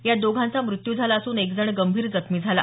यात दोघांचा मृत्यू झाला असून एक जण गंभीर जखमी झाला